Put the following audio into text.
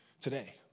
today